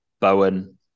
Bowen